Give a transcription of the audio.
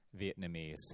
Vietnamese